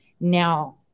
now